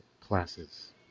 classes